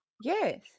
Yes